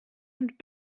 und